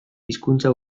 hizkuntza